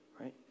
right